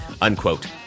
unquote